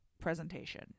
presentation